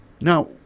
Now